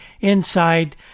inside